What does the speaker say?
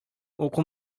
уку